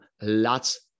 lots